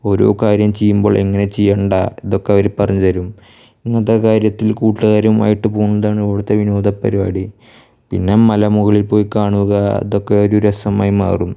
ഓരോ കാര്യം ചെയ്യുമ്പോൾ എങ്ങനെ ചെയ്യണ്ടത് ഇതൊക്കെ അവര് പറഞ്ഞു തരും ഇങ്ങനത്തെ കാര്യത്തിൽ കൂട്ടുകാരുമായിട്ട് പോകുന്നതാണ് ഇവിടുത്തെ വിനോദ പരിപാടി പിന്നെ മലമുകളിൽ പോയി കാണുക ഇതൊക്കെ ഒരു രസമായി മാറും